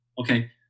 Okay